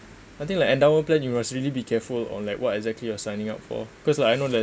I think like endowment plan you must really be careful on like what exactly you're signing up for cause like I know like